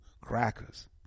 Crackers